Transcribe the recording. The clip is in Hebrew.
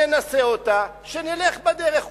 שננסה אותה, שנלך בדרך.